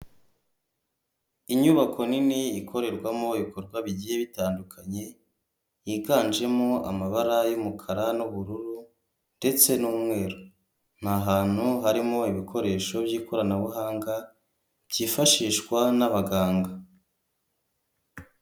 Inyubako nini ikorerwamo ibikorwa bigiye bitandukanye yiganjemo amabara y'umukara n'ubururu ndetse n'umweru, ni ahantu harimo ibikoresho by'ikoranabuhanga cyifashishwa n'abaganga.